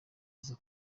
aza